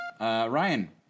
Ryan